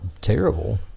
terrible